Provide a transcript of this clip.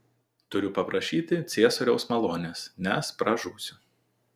turiu paprašyti ciesoriaus malonės nes pražūsiu